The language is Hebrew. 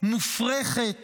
מופרכת